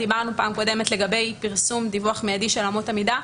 בפעם הקודמת דיברנו לגבי פרסום דיווח מיידי של אמות המידה.